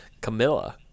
Camilla